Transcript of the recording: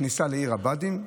כניסה לעיר הבה"דים,